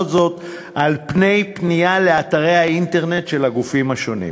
זאת על פני פנייה לאתרי האינטרנט של הגופים השונים.